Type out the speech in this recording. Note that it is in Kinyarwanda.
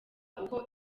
uko